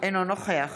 אינו נוכח